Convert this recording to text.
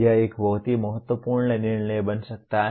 यह एक बहुत ही महत्वपूर्ण निर्णय बन सकता है